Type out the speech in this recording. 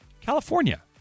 California